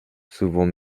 souvent